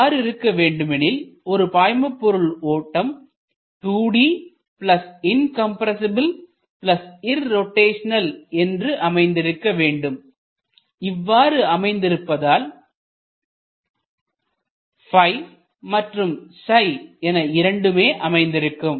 அவ்வாறு இருக்கவேண்டுமெனில் ஒரு பாய்மபொருள் ஓட்டம் 2D இன்கம்ரசிபில்இர்ரோட்டைஷனல் என்று அமைந்திருக்க வேண்டும் இவ்வாறு அமைந்திருப்பதனால் என இரண்டுமே அமைந்திருக்கும்